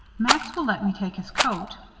max will let me take his coat.